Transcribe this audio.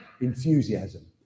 enthusiasm